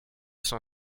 son